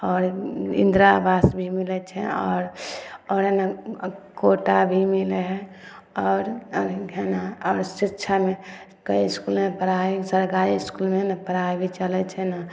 आओर इंद्रा आवास भी मिलै छै आओर आओर कोटा भी मिलै हइ आओर फेरो आओर शिक्षामे कए इस्कूलमे पढ़ाइ सरकारी इस्कूलमे हइ ने पढ़ाइ भी चलै छै ने